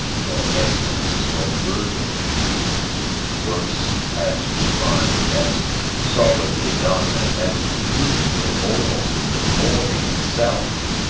nor aeschylus, nor virgil even works as refined, as solidly done, and as beautiful almost as the morning itself